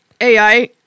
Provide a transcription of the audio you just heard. AI